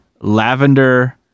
lavender